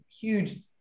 huge